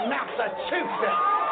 Massachusetts